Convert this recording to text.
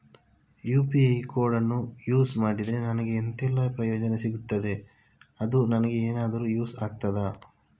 UPI ಕೋಡನ್ನು use ಮಾಡಿದ್ರೆ ನನಗೆ ಎಂಥೆಲ್ಲಾ ಪ್ರಯೋಜನ ಸಿಗ್ತದೆ, ಅದು ನನಗೆ ಎನಾದರೂ ಯೂಸ್ ಆಗ್ತದಾ?